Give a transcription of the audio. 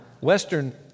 Western